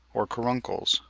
or caruncles.